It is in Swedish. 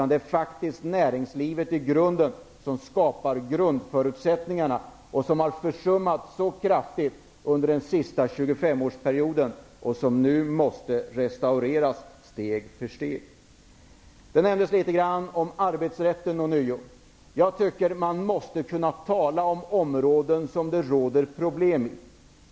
Det är faktiskt näringslivet som skapar grundförutsättningarna, något som kraftigt har försummats under den senaste tjugofemårsperioden. Näringslivet måste nu restaureras steg för steg. Det talades litet grand om arbetsrätten. Jag tycker att man måste kunna diskutera områden där det råder problem.